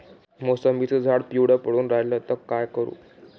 मोसंबीचं झाड पिवळं पडून रायलं त का करू?